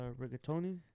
rigatoni